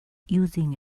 using